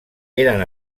eren